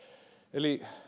eli